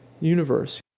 universe